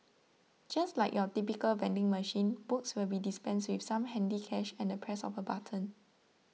just like your typical vending machine books will be dispensed with some handy cash and the press of button